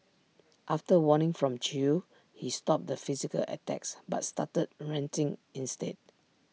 after A warning from chew he stopped the physical attacks but started ranting instead